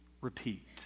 repeat